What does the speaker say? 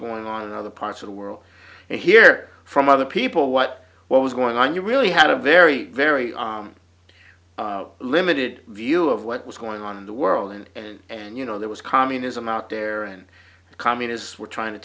going on in other parts of the world and hear from other people what what was going on you really had a very very limited view of what was going on in the world and and and you know there was communism out there and the communists were trying to